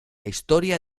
historia